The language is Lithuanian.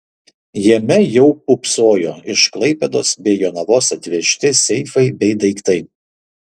jame jau pūpsojo iš klaipėdos bei jonavos atvežti seifai bei daiktai